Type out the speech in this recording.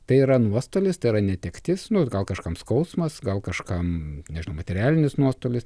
tai yra nuostolis tai yra netektis nu gal kažkam skausmas gal kažkam nežinau materialinis nuostolis